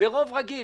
ברוב רגיל.